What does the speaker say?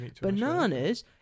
Bananas